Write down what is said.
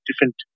different